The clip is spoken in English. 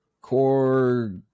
core